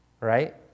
Right